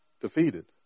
defeated